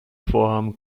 vorhaben